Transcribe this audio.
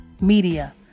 media